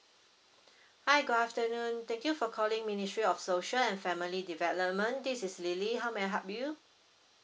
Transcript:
hi good afternoon thank you for calling ministry of social and family development this is lily how may I help you